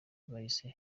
bahise